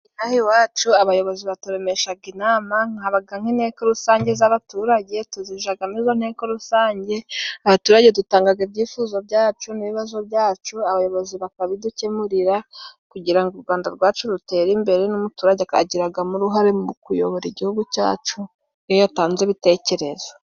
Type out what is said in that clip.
Inaha iwacu abayobozi baturemeshaga inama, habaga n'inteko rusange z'abaturage, tuzijagamo izo nteko rusange, abaturage dutangaga ibyifuzo byacu n'ibibazo byacu, abayobozi bakabidukemurira, kugira ngo u Rwanda rwacu rutere imbere n'umuturage agiragamo uruhare mu kuyobora igihugu cyacu, iyo yatanze ibitekerezo.